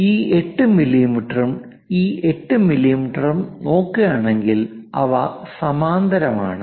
ഈ 8 മില്ലീമീറ്ററും ഈ 8 മില്ലീമീറ്ററും നോക്കുകയാണെങ്കിൽ അവ സമാന്തരം ആണ്